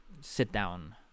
sit-down